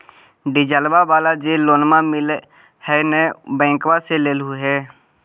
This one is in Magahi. डिजलवा वाला जे लोनवा मिल है नै बैंकवा से लेलहो हे?